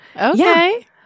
Okay